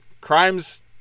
Crime's